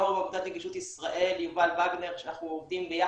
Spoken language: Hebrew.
יו"ר עמותת נגישות ישראל שגם היה שותף ביחד